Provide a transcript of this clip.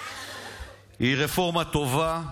היא רפורמה טובה.